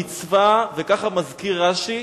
המצווה, וכך מזכיר רש"י: